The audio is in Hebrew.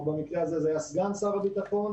במקרה הזה זה היה סגן שר הביטחון,